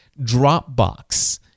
Dropbox